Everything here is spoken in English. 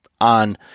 on